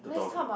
a doggo